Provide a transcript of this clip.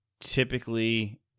typically